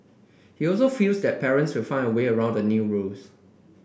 he also feels that parents will find a way around the new rules